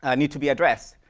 ah need to be addressed.